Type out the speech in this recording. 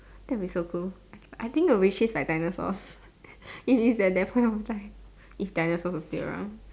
that will be so cool I I think they will be chased by dinosaurs if if that that point of time if dinosaurs were still around